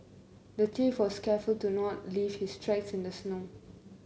the thief was careful to not leave his tracks in the snow